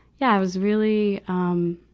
yeah. it was really, um,